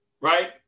right